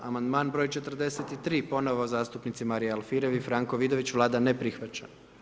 Amandman broj 43. ponovo zastupnici Marija Alfirev i Franko Vidović, Vlada ne prihvaća.